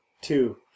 Two